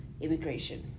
immigration